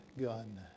gun